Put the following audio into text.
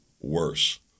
worse